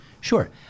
Sure